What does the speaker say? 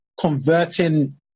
converting